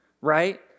right